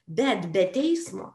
bet be teismo